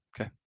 Okay